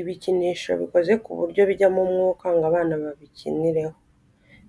Ibikinisho bikoze ku buryo bijyamo umwuka ngo abana babikinireho,